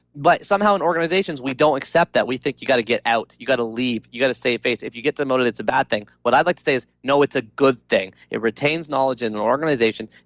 but somehow in organizations, we don't accept that. we think, you got to get out, you got to leave, you got to save face. if you get demoted, it's a bad thing what i'd like to say is, no. it's a good thing. it retains knowledge in an organization,